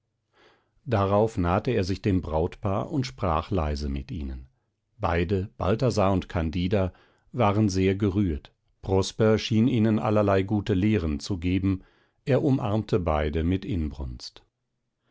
darauf nahte er sich dem brautpaar und sprach leise mit ihnen beide balthasar und candida waren sehr gerührt prosper schien ihnen allerlei gute lehren zu geben er umarmte beide mit inbrunst